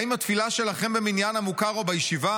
האם התפילה שלכם במניין המוכר או בישיבה